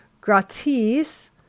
gratis